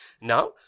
Now